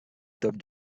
stop